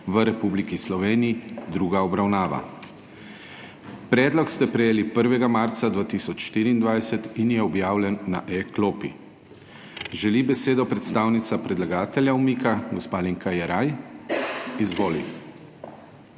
v Republiki Sloveniji, druga obravnava. Predlog ste prejeli 1. marca 2024 in je objavljen na e-klopi. Želi besedo predstavnica predlagatelja umika gospa Alenka Jeraj? Izvoli.